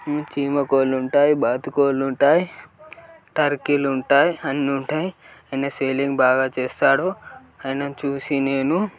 చీమకోళ్ళు ఉంటాయి బాతు కోళ్ళు ఉంటాయి టర్కీలు ఉంటాయి అన్నీ ఉంటాయి ఆయన సేలింగ్ బాగా చేస్తాడు ఆయనను చూసి నేను